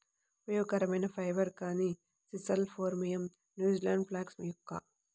ఉపయోగకరమైన ఫైబర్, కానీ sisal phormium, New Zealand flax yucca